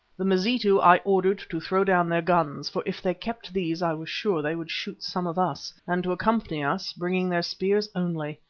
the mazitu i ordered to throw down their guns, for if they kept these i was sure they would shoot some of us, and to accompany us, bringing their spears only.